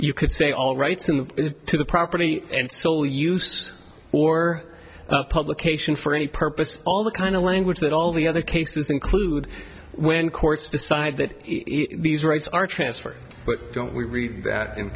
you could say all rights and to the property and sole use or publication for any purpose all the kind of language that all the other cases include when courts decide that these rights are transferred but don't we read that in